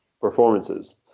performances